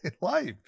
life